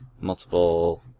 multiple